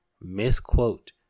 misquote